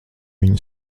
viņu